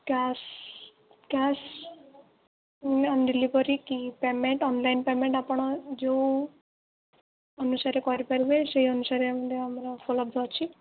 cash cash on delivery କି payment online payment ଆପଣ ଯେଉଁ ଅନୁସାରେ କରିପାରିବେ ସେଇ ଅନୁସାରେ ଆମର ଉପଲବ୍ଧ ଅଛି